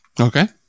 Okay